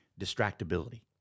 distractibility